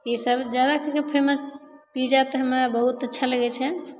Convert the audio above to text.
ईसब जादा करिके फेमस पिज्जा तऽ हमरा बहुत अच्छा लगै छै